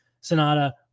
Sonata